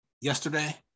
yesterday